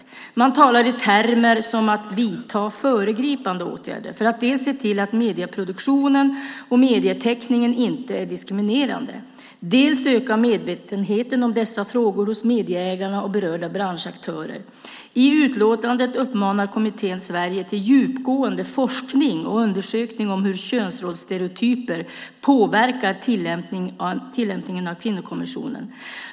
Kommittén talar i termer av "att vidta föregripande åtgärder" för att dels se till att medieproduktionen och medietäckningen inte ska vara diskriminerande, dels öka medvetenheten om dessa frågor hos medieägarna och berörda branschaktörer. I utlåtandet uppmanar kommittén Sverige till djupgående forskning och undersökningar om hur könsrollsstereotyper påverkar tillämpningen av kvinnokonventionen.